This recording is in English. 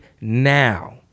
now